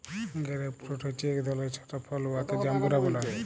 grape fruit হছে ইক ধরলের ছট ফল উয়াকে জাম্বুরা ব্যলে